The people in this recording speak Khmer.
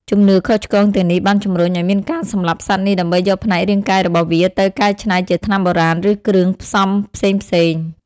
ជំនឿខុសឆ្គងទាំងនេះបានជំរុញឲ្យមានការសម្លាប់សត្វនេះដើម្បីយកផ្នែករាងកាយរបស់វាទៅកែច្នៃជាថ្នាំបុរាណ ឬគ្រឿងផ្សំផ្សេងៗ។